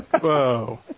whoa